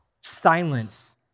silence